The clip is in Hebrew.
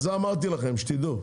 אז את זה אמרתי לכם שתדעו.